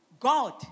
god